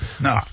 No